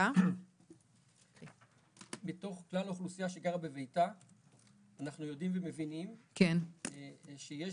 מתוך כלל האוכלוסייה שגרה בביתה אנחנו יודעים ומבינים שיש